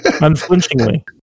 Unflinchingly